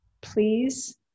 please